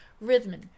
Rhythm